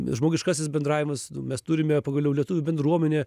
žmogiškasis bendravimas mes turime pagaliau lietuvių bendruomenę